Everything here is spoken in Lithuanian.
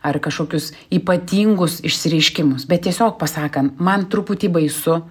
ar kažkokius ypatingus išsireiškimus bet tiesiog pasakan man truputį baisu